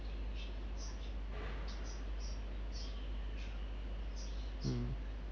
mm